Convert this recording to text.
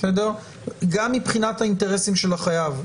גם מבחינת האינטרסים של החייב.